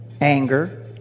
anger